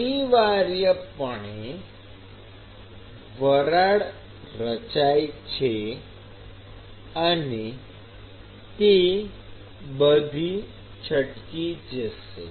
અનિવાર્યપણે વરાળ રચાય છે અને તે બધી છટકી જશે